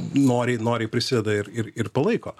noriai noriai prisideda ir ir ir palaiko